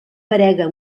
parega